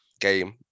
game